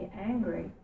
angry